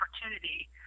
opportunity